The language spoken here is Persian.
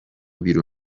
بیرون